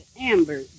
Amber